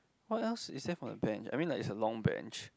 what else is there for the bench I mean it's a long bench